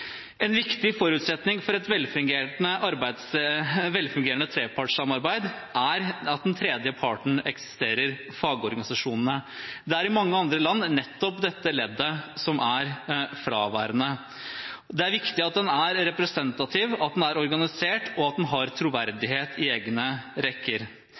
En viktig forutsetning for et velfungerende trepartssamarbeid er at den tredje parten eksisterer: fagorganisasjonene. Det er i mange andre land nettopp dette leddet som er fraværende. Det er viktig at den er representativ, at den er organisert, og at den har troverdighet i egne rekker.